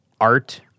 art